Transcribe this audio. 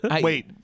Wait